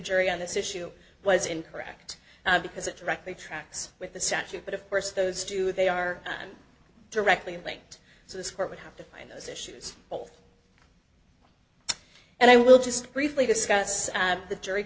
jury on this issue was incorrect because it directly tracks with the statute but of course those two they are directly linked so this court would have to find those issues and i will just briefly discuss the jury